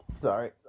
Sorry